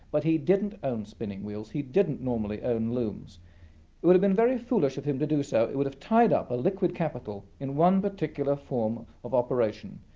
but he didn't own spinning wheels, he didn't normally own looms. it would have been very foolish of him to do so, it would have tied up liquid capital in one particular form of operation,